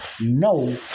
no